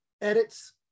edits